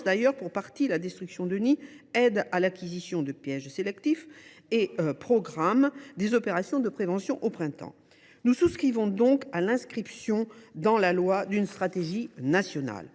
du reste pour partie la destruction de nids, aident à l’acquisition de pièges sélectifs et programment des opérations de prévention au printemps. Nous souscrivons donc à l’inscription dans la loi d’une stratégie nationale.